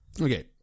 Okay